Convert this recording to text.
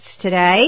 today